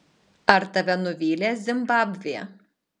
ar tave nuvylė zimbabvė